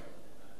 כאב לי נורא.